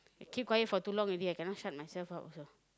I keep quiet for too long already I cannot shut myself up also